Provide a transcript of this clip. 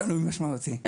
שינוי משמעותי.